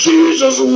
Jesus